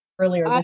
earlier